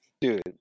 Dude